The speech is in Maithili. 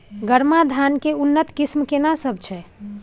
गरमा धान के उन्नत किस्म केना सब छै?